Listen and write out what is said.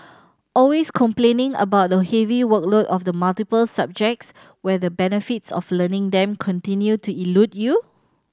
always complaining about the heavy workload of the multiple subjects where the benefits of learning them continue to elude you